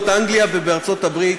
אנגליה וארצות-הברית,